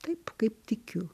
taip kaip tikiu